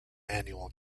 annual